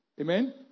Amen